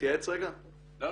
ואני